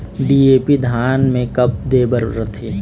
DAP धान मे कब दे बर रथे?